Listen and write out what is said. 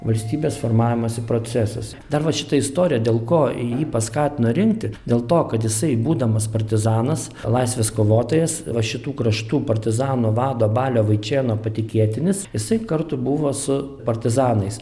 valstybės formavimosi procesas dar vat šitą istoriją dėl ko jį paskatino rinkti dėl to kad jisai būdamas partizanas laisvės kovotojas va šitų kraštų partizanų vado balio vaičėno patikėtinis jisai kartu buvo su partizanais